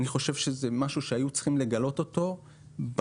אני חושב שזה משהו שהיו צריכים לגלות אותו בנקודת